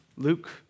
Luke